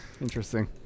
Interesting